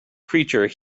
creature